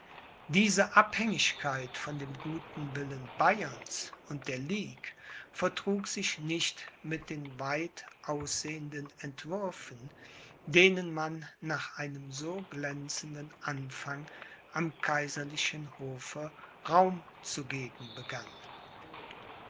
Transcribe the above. diese abhängigkeit von dem guten willen bayerns und der ligue vertrug sich nicht mit den weit aussehenden entwürfen denen man nach einem so glänzenden anfang am kaiserlichen hofe raum zu geben begann